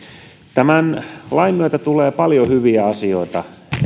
tämän lain myötä tulee paljon hyviä asioita